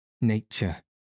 Nature